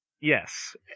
Yes